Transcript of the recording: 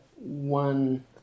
one